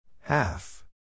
Half